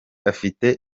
afite